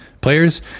players